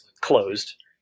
closed